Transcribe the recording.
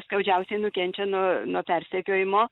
skaudžiausiai nukenčia nuo nuo persekiojimo